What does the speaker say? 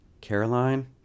Caroline